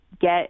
get